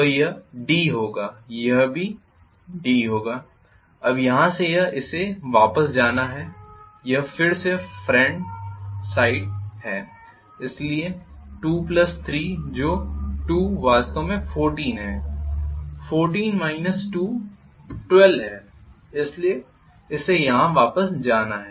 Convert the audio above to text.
तो यह d होगा यह भी d होगा अब यहाँ से यह है इसे वापस जाना है यह फिर से फ्रेंड साइड है इसलिए 23 जो 2 वास्तव में 14 है 14 212 है इसलिए इसे यहां वापस जाना है